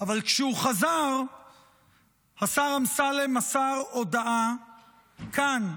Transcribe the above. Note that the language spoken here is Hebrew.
אבל כשהוא חזר השר אמסלם מסר הודעה כאן,